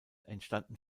entstanden